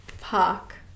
park